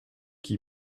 qui